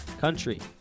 country